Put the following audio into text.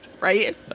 Right